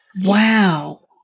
wow